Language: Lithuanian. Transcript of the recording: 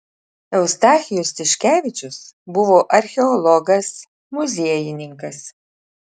eustachijus tiškevičius buvo archeologas muziejininkas